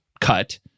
cut